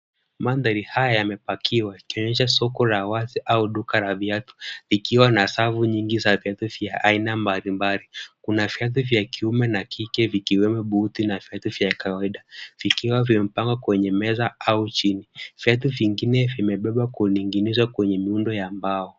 Mandhari haya yamepakiwa yakionyesha soko la wazi au duka la viatu, likiwa na safu nyingi za viatu vya aina mbalimbali. Kuna viatu vya kiume na kike, vikiwemo buti na viatu vya kawaida, vikiwa vimepangwa kwenye meza au chini. Viatu vingine vimebebwa kuning'inizwa kwenye miundo ya mbao.